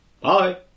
Bye